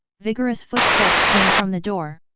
vigorous footsteps came from the door.